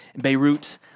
Beirut